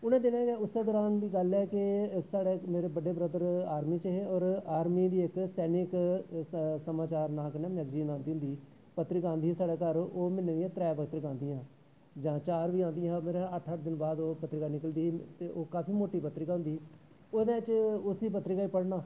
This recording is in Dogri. उनें दिनै उस्सै दौरान दी गल्ल ऐ कि मेरे बड्डा ब्रदर आर्मी च हे और आर्मी दी इक सैनिक समाचार नांऽ कन्नै इक मैगजीन आंदी ही ओह् साढ़ै घर आंदी ही ओह् म्हीनें दियां त्रै पेपर गै आंदियां हां जां चार बी आंदियां हां अट्ठ अट्ठ दिन बाद पत्रिका निकलदी ही ते ओह् काफी मोटी पत्रिका होंदी ही ओह्दै च उसी पत्रिका गी पढ़ना